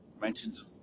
mentions